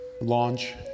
Launch